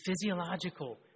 physiological